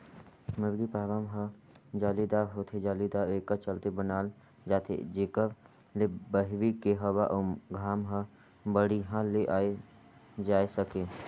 मुरगी फारम ह जालीदार होथे, जालीदार एकर चलते बनाल जाथे जेकर ले बहरी के हवा अउ घाम हर बड़िहा ले आये जाए सके